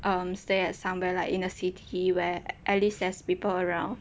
um stay at somewhere like in a city where at least there's people around